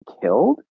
killed